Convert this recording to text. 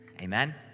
Amen